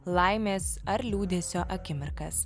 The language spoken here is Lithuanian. laimės ar liūdesio akimirkas